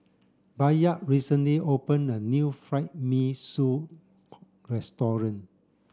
Bayard recently opened a new Fried Mee Sua restaurant